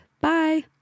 Bye